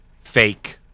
fake